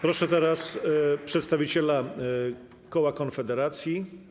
Proszę teraz przedstawiciela koła Konfederacja.